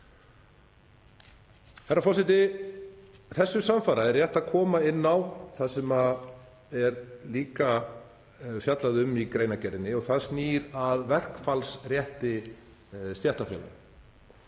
Þessu samfara er rétt að koma inn á það sem er líka fjallað um í greinargerðinni og snýr að verkfallsrétti stéttarfélaga.